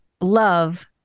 love